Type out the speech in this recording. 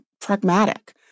pragmatic